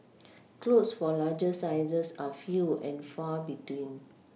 clothes for larger sizes are few and far between